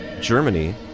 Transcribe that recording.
Germany